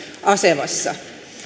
asemassa